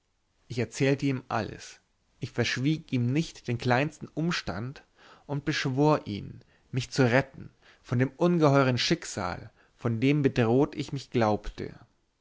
ich erzählte ihm alles ich verschwieg ihm nicht den kleinsten umstand und beschwor ihn mich zu retten von dem ungeheuern schicksal von dem bedroht ich mich glaubte